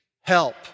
help